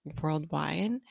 worldwide